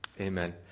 amen